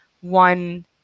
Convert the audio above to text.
one